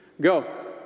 Go